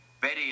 Betty